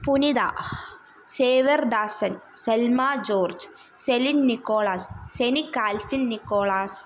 Punitha Xavier Dasan Selma George Celine Nicholas Senik Alphin Nicholas